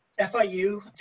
FIU